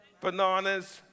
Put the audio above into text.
Bananas